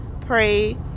pray